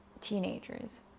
teenagers